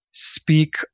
speak